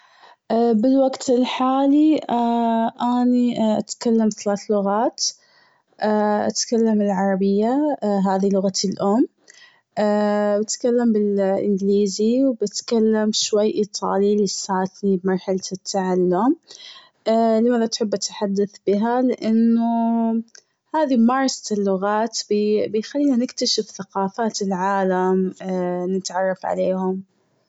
بالوقت الحالي اني اتكلم ثلاث لغات. اتكلم العربية هذي لغة الام. و اتكلم انجليزي و بتكلم شوي ايطالي لسه في مرحلة التعلم. لماذا تحب التحدث بها ؟ لأن هذي ممارسة اللغات بيخلينا نكتشف ثقافات العالم نتعرف عليهم.